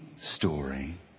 story